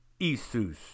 Isus